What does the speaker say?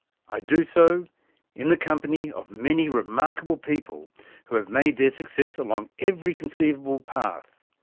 i do so in the company of many remarkable people who have made their success along every conceivable path,